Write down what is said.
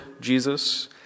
Jesus